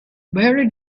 very